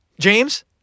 James